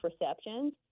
receptions